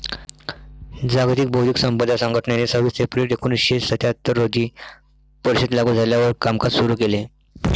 जागतिक बौद्धिक संपदा संघटनेने सव्वीस एप्रिल एकोणीसशे सत्याहत्तर रोजी परिषद लागू झाल्यावर कामकाज सुरू केले